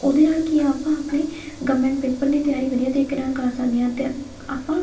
ਉਹਦੇ ਨਾਲ ਕੀ ਆ ਆਪਾਂ ਆਪਣੇ ਗਵਰਮੈਂਟ ਪੇਪਰ ਦੀ ਤਿਆਰੀ ਵਧੀਆ ਤਰੀਕੇ ਨਾਲ ਕਰ ਸਕਦੇ ਹਾਂ ਅਤੇ ਆਪਾਂ